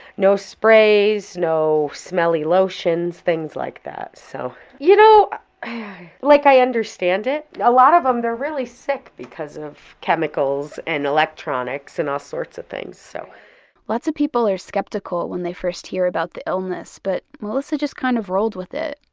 no sprays, no smelly lotions, things like that. so, you know like i understand it. a lot of them, they're really sick because of chemicals and electronics and all sorts of things. so lots of people are skeptical when they first hear about the illness. but, melissa just kind of rolled with it.